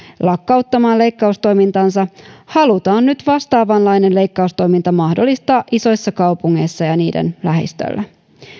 lakkauttamaan leikkaustoimintansa halutaan nyt vastaavanlainen leikkaustoiminta mahdollistaa isoissa kaupungeissa ja niiden lähistöllä